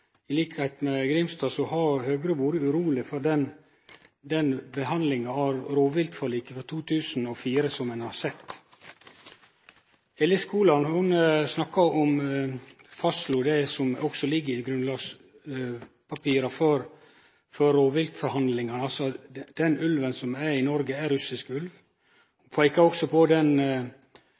med representanten Grimstad har Høgre vore uroleg for den behandlinga av rovviltforliket frå 2004 som vi har sett. Representanten Eli Skoland fastslo det som også ligg i grunnlagspapira for rovviltforhandlingane, at den ulven som er i Noreg, er russisk. Ho peika også på